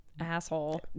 Asshole